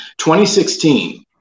2016